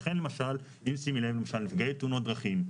למשל נפגעי תאונות דרכים.